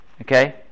okay